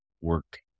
work